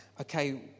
okay